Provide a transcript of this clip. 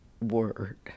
word